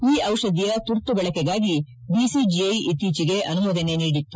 ಈ ಔಷಧಿಯ ತುರ್ತು ಬಳಕೆಗಾಗಿ ಡಿಸಿಜಿಐ ಇತ್ತೀಚಿಗೆ ಅನುಮೋದನೆ ನೀಡಿತ್ತು